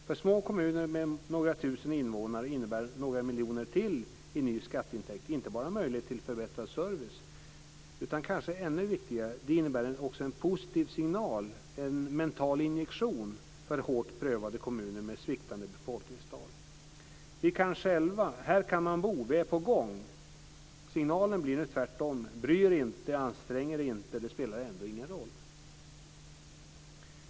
För små kommuner med några tusen invånare innebär några miljoner till i ny skatteintäkt inte bara möjlighet till förbättrad service utan kanske, ännu viktigare, en positiv signal, en mental injektion, för hårt prövade kommuner med sviktande befolkningstal: "Vi kan själva. Här kan vi bo. Vi är på gång." Signalen blir tvärtom: "Bry er inte. Ansträng er inte. Det spelar ändå ingen roll."